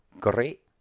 great